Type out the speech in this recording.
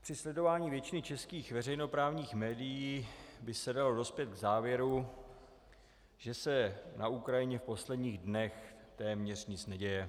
Při sledování většiny českých veřejnoprávních médií by se dalo dospět k závěru, že se na Ukrajině v posledních dnech téměř nic neděje.